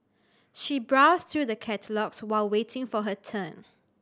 she browsed through the catalogues while waiting for her turn